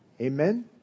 Amen